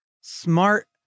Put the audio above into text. smart